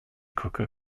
cooker